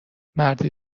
مردی